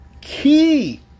Key